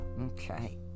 Okay